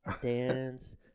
Dance